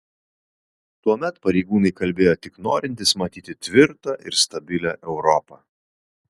tuomet pareigūnai kalbėjo tik norintys matyti tvirtą ir stabilią europą